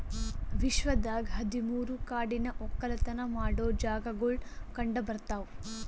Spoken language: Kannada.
ವಿಶ್ವದಾಗ್ ಹದಿ ಮೂರು ಕಾಡಿನ ಒಕ್ಕಲತನ ಮಾಡೋ ಜಾಗಾಗೊಳ್ ಕಂಡ ಬರ್ತಾವ್